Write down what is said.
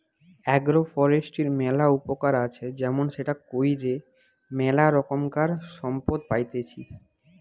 agro ফরেষ্ট্রীর ম্যালা উপকার আছে যেমন সেটা কইরে ম্যালা রোকমকার সম্পদ পাইতেছি